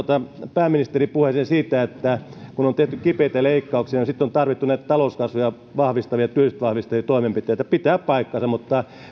pääministerin puhe siitä että kun on tehty kipeitä leikkauksia niin sitten on tarvittu talouskasvua ja työllisyyttä vahvistavia toimenpiteitä pitää paikkansa mutta teillä